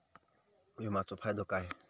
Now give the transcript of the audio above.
विमाचो फायदो काय?